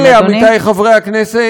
בלי כל אלה, עמיתי חברי הכנסת,